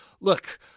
look